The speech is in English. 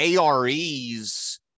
AREs